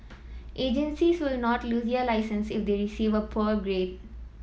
agencies will not lose their licence if they receive a poor grade